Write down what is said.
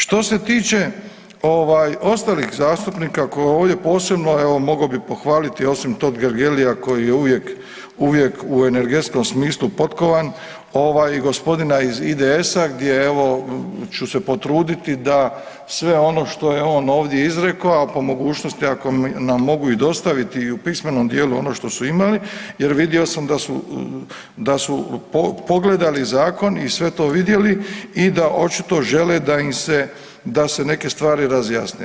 Što se tiče ostalih zastupnika koje ovdje posebno evo mogao bih pohvaliti osim Totgergelia koji je uvijek, uvijek u energetskom smislu potkovan ovaj i gospodina iz IDS-a gdje evo ću se potruditi da sve ono što je on ovdje izrekao, a po mogućnosti ako nam mogu dostaviti i u pismenom dijelu ono što su imali, jer vidio sam da su pogledali zakon i sve to vidjeli i da očito žele da im se, da se neke stvari razjasne.